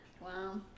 Wow